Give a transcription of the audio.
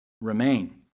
remain